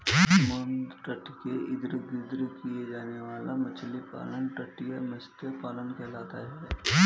समुद्र तट के इर्द गिर्द किया जाने वाला मछली पालन तटीय मत्स्य पालन कहलाता है